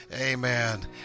Amen